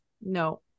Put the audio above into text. No